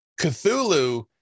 Cthulhu